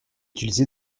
utilisée